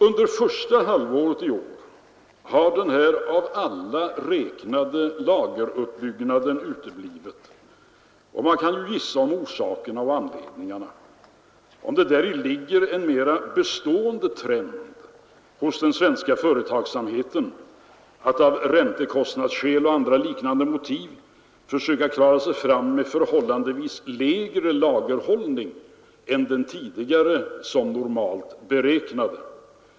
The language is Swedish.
Under första halvåret i år har den här av alla väntade lageruppbyggnaden uteblivit. Man kan ju gissa om orsakerna och anledningarna — om det däri ligger en mera bestående trend hos den svenska företagsamheten att av räntekostnadsskäl och andra liknande motiv försöka klara sig fram med förhållandevis lägre lagerhållning än den tidigare som normal beräknade.